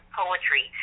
poetry